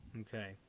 Okay